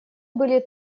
были